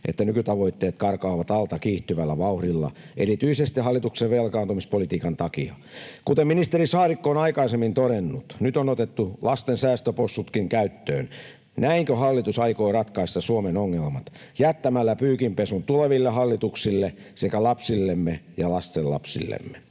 että nykytavoitteet karkaavat alta kiihtyvällä vauhdilla erityisesti hallituksen velkaantumispolitiikan takia. Kuten ministeri Saarikko on aikaisemmin todennut, nyt on otettu lasten säästöpossutkin käyttöön. Näinkö hallitus aikoo ratkaista Suomen ongelmat, jättämällä pyykinpesun tuleville hallituksille sekä lapsillemme ja lastenlapsillemme?